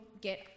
Get